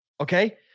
Okay